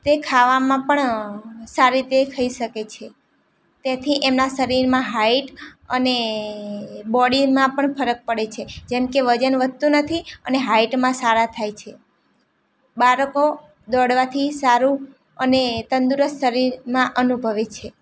તે ખાવામાં પણ સારી રીતે ખાઈ શકે છે તેથી એમનાં શરીરમાં હાઇટ અને બોડીમાં પણ ફરક પડે છે જેમકે વજન વધતું નથી અને હાઇટમાં સારાં થાય છે બાળકો દોડવાથી સારું અને તંદુરસ્ત શરીરમાં અનુભવે છે